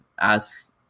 ask